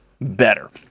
better